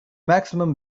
maximum